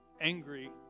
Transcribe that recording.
angry